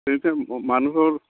তেতিয়া ম মানুহৰ